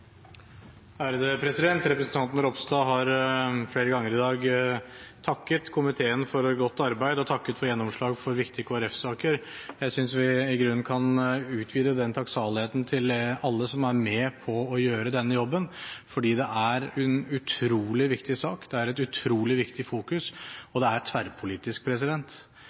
Representanten Ropstad har flere ganger i dag takket komiteen for godt arbeid og takket for gjennomslag for viktige Kristelig Folkeparti-saker. Jeg syns vi i grunnen kan utvide den takksaligheten til alle som er med på å gjøre denne jobben, fordi det er en utrolig viktig sak, det er et utrolig viktig fokus – og det er tverrpolitisk.